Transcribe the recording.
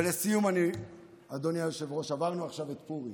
ולסיום, אדוני היושב-ראש, עברנו עכשיו את פורים.